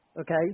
Okay